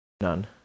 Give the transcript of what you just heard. None